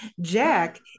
Jack